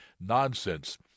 nonsense